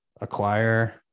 acquire